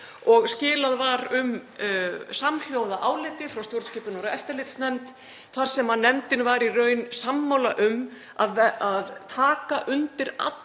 skilað var um samhljóða áliti frá stjórnskipunar- og eftirlitsnefnd þar sem nefndin var í raun sammála um að taka undir allar